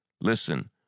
Listen